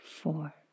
four